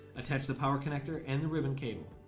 attached the power connector and the ribbon cable